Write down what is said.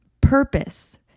purpose